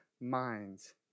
minds